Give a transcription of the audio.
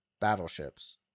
battleships